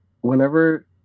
whenever